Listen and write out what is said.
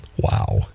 Wow